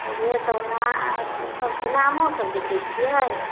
ओहे सब ना सबके नामो सब लिखै छियै